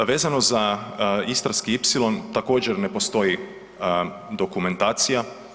Vezano za Istarski ipsilon također ne postoji dokumentacija.